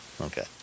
Okay